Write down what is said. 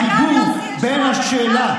החיבור בין השאלה,